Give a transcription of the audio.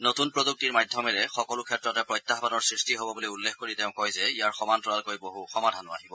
নতুন প্ৰযুক্তিৰ মাধ্যমেৰে সকলো ক্ষেত্ৰতে প্ৰত্যায়নৰ সৃষ্টি হব বুলি উল্লেখ কৰি তেওঁ কয় যে ইয়াৰ সমান্তৰালকৈ বহু সমাধানো আহিব